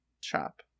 shop